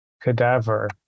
cadaver